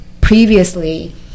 previously